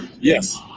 Yes